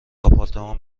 آپارتمان